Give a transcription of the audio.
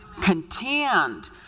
Contend